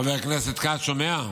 חבר הכנסת כץ, שומע?